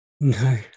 No